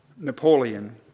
Napoleon